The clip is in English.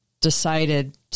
decided